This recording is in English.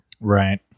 Right